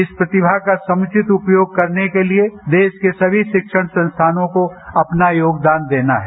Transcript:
इस प्रतिभा का समुचित उपयोग करने के लिए देश के सभी शिक्षण संस्थानों को अपना योगदान देना है